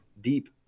deep